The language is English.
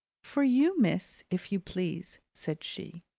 for you, miss, if you please, said she.